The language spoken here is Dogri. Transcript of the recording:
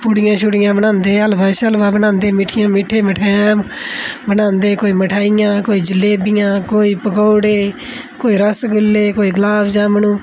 पूड़ियां शुड़ियां बनांदे हल्वा शल्वा बनांदे मिट्ठियां मिट्ठे मठैन बनांदे कोई मठाइयां कोई जलेबियां कोई पकौड़े कोई रस गुल्ले कोई गलाबजामुनू